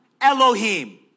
Elohim